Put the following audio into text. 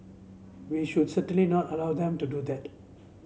we should certainly not allow them to do that